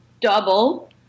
double